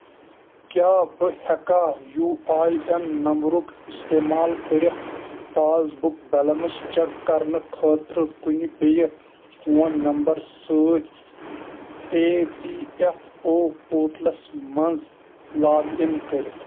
کیٛاہ بہٕ ہیٚکا یوٗ اے این نمبرُک استعمال کٔرِتھ پاس بُک بیلنس چیٚک کرنہٕ خٲطرٕ کُنہِ بییٚہِ فون نمبر سۭتۍ اے پی ایف او پوٹلس مَنٛز لاگ اِن کٔرتھ